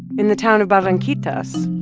in the town of barranquitas,